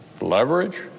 leverage